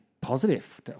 positive